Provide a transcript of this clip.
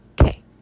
Okay